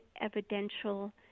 evidential